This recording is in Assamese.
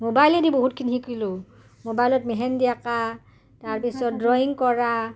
মোবাইলেদি বহুতখিনি শিকিলোঁ মোবাইলত মেহেন্দি অঁকা তাৰপিছত ড্ৰয়িং কৰা